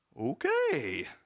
Okay